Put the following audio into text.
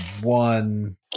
One